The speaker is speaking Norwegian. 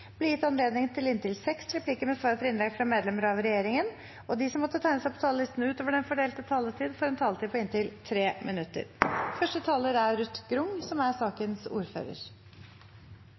gitt anledning til replikkordskifte på inntil seks replikker med svar etter innlegg fra medlemmer av regjeringen, og de som måtte tegne seg på talerlisten utover den fordelte taletid, får også en taletid på inntil 3 minutter.